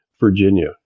Virginia